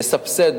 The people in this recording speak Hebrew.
יסבסד,